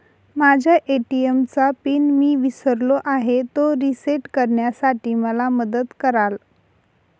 माझ्या ए.टी.एम चा पिन मी विसरलो आहे, तो रिसेट करण्यासाठी मला मदत कराल?